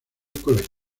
colegio